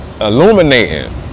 illuminating